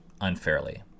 unfairly